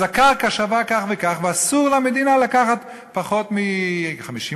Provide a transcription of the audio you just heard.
אז הקרקע שווה בהתאם ואסור למדינה לקחת פחות מ-50%,